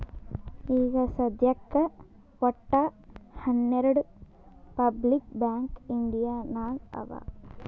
ಈಗ ಸದ್ಯಾಕ್ ವಟ್ಟ ಹನೆರ್ಡು ಪಬ್ಲಿಕ್ ಬ್ಯಾಂಕ್ ಇಂಡಿಯಾ ನಾಗ್ ಅವಾ